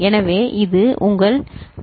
எனவே இது உங்கள் தெளிவானது சரி